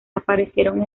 aparecieron